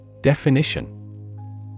Definition